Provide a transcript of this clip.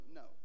no